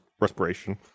respiration